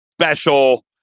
special